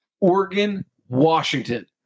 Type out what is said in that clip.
Oregon-Washington